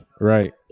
Right